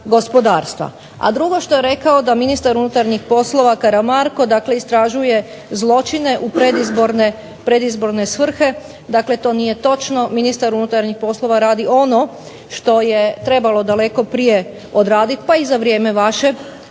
A drugo što je rekao da ministar unutarnjih poslova Karamarko, dakle istražuje zločine u predizborne svrhe. Dakle, to nije točno. Ministar unutarnjih poslova radi ono što je trebalo daleko prije odraditi, pa i za vrijeme vaše vlasti